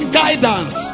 guidance